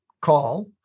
call